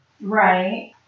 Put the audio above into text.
Right